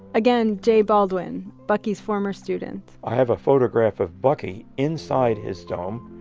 again, jay baldwin, bucky's former student i have a photograph of bucky inside his dome,